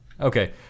Okay